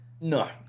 no